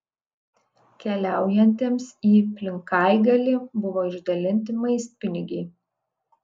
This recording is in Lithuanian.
keliaujantiems į plinkaigalį buvo išdalinti maistpinigiai